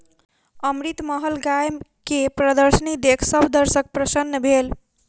अमृतमहल गाय के प्रदर्शनी देख सभ दर्शक प्रसन्न भेल